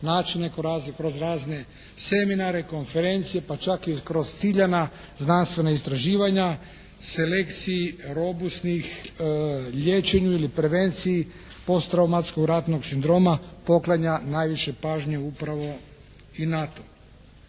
načine kroz razne seminare, konferencije pa čak i kroz ciljana znanstvena istraživanja selekciji robusnih, liječenju ili prevenciji posttraumatskog ratnog sindroma poklanja najviše pažnje upravo i NATO.